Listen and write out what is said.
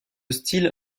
style